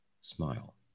smile